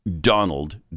Donald